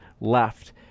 left